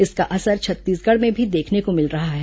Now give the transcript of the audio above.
इसका असर छत्तीसगढ़ में भी देखने को मिल रहा है